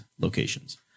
locations